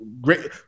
great